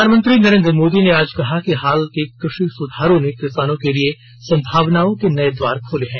प्रधानमंत्री नरेन्द्र मोदी ने आज कहा कि हाल के कृषि सुधारों ने किसानों के लिए संभावनाओं के नए द्वार खोले हैं